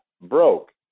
broke